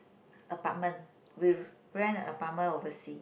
apartment we rent apartment oversea